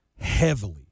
heavily